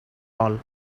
all